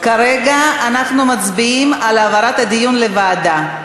כרגע אנחנו מצביעים על העברת הדיון לוועדה.